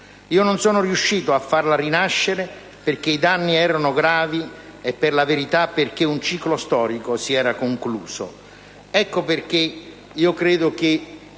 «Io non essere riuscito a farla rinascere» -affermava - «perché i danni erano gravi e, per la verità, perché un ciclo storico si era concluso».